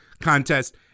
contest